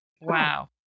wow